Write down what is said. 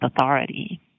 authority